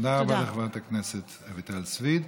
תודה רבה לחברת הכנסת רויטל סויד.